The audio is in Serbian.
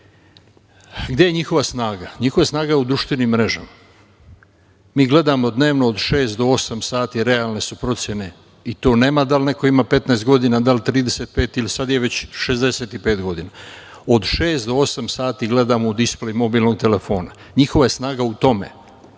Gde je njihova snaga? Njihova snaga je u društvenim mrežama. Mi gledamo dnevno od šest do osam sati, realne su procene, i to nema da li neko ima 15 godina, da li 35, sada je već 65 godina. Od šest do osam sati gledamo u displej mobilnog telefona. Njihova je snaga u tome.